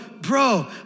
bro